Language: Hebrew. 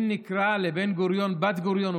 אם נקרא לבן-גוריון בת-גוריון,